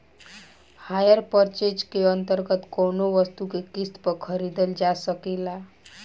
hire purchase के अंतर्गत कौनो वस्तु के किस्त पर खरीदल जा सकेला